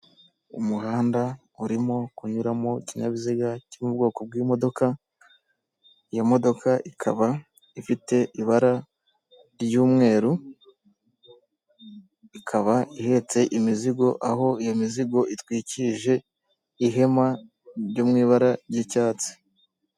Umuhanda urimo kunyuramo ikinyabiziga cyo mu bwoko bw'imodoka, iyo modoka ikaba ifite ibara ry'umweru ikaba ihetse imizigo aho iyo mizigo itwikirije ihema ryo mu ibara ry'icyatsi.